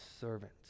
servant